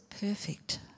perfect